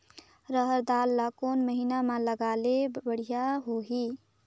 रहर दाल ला कोन महीना म लगाले बढ़िया होही?